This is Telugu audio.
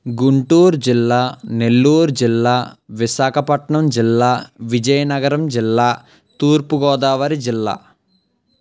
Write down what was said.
గుంటూర్ జిల్లా నెల్లూర్ జిల్లా విశాఖపట్నం జిల్లా విజయనగరం జిల్లా తూర్పుగోదావరి జిల్లా